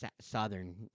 southern